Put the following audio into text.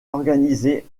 organisé